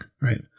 right